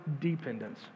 dependence